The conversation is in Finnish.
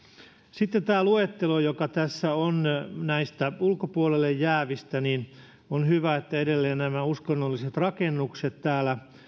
sitten tämä luettelo joka tässä on näistä ulkopuolelle jäävistä on hyvä että edelleen nämä uskonnolliset rakennukset täällä